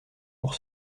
pour